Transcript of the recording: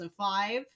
2005